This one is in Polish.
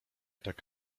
tak